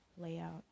layout